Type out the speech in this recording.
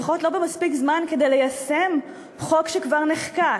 לפחות לא במספיק זמן כדי ליישם חוק שכבר נחקק.